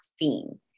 caffeine